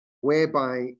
whereby